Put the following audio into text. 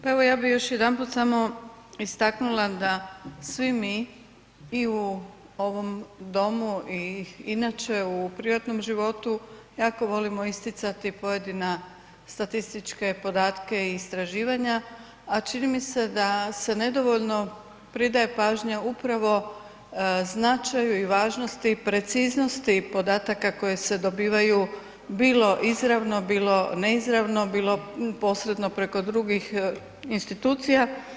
Pa evo ja bih još jedanput samo istaknula da svi mi i u ovom Domu i inače u privatnom životu jako volimo isticati pojedine statističke podatke i istraživanja, a čini mi se da se nedovoljno pridaje pažnja upravo značaju i važnosti i preciznosti podataka koji se dobivaju bilo izravno, bilo neizravno, bilo posredno preko drugih institucija.